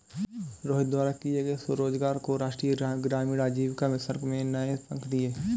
रोहित द्वारा किए गए स्वरोजगार को राष्ट्रीय ग्रामीण आजीविका मिशन ने नए पंख दिए